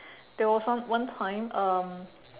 there was one one time um